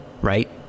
right